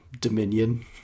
Dominion